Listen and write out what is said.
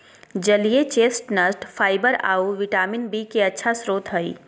जलीय chestnut fibre आऊ vitamin B के अच्छा स्रोत हइ